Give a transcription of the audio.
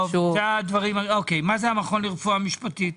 מה זה המכון לרפואה משפטית?